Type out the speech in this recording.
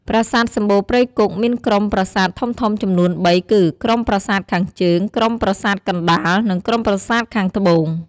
ប្រាសាទសំបូរព្រៃគុកមានក្រុមប្រាសាទធំៗចំនួនបីគឺ ក្រុមប្រាសាទខាងជើង ក្រុមប្រាសាទកណ្ដាល និងក្រុមប្រាសាទខាងត្បូង។